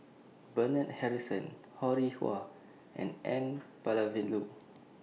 Bernard Harrison Ho Rih Hwa and N Palanivelu